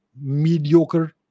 mediocre